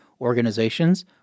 organizations